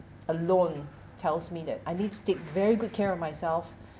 alone tells me that I need take very good care of myself